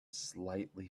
slightly